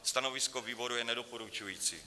Stanovisko výboru je nedoporučující.